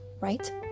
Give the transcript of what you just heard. right